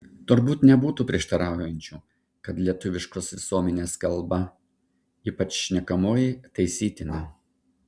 turbūt nebūtų prieštaraujančių kad lietuviškos visuomenės kalba ypač šnekamoji taisytina